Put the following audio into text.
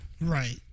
Right